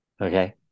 okay